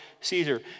Caesar